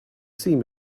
seam